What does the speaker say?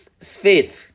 faith